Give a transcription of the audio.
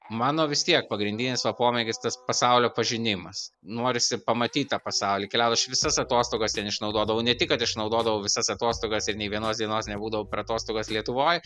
mano vis tiek pagrindinis va pomėgis tas pasaulio pažinimas norisi pamatyt tą pasaulį keliaut aš visas atostogas ten išnaudodavau ne tik kad išnaudodavau visas atostogas ir nei vienos dienos nebūdavau per atostogas lietuvoj